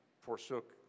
forsook